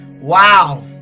Wow